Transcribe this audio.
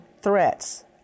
threats